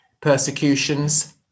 persecutions